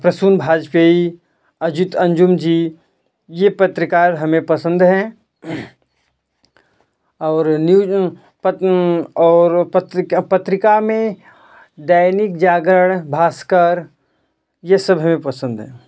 प्रसून वाजपेय अजित अंजुम जी यह पत्रकार हमें पसंद हैं और न्यूज पत्र और पत्रक पत्रिका में दैनिक जागरण भास्कर ये सब हमें पसंद हैं